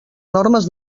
normes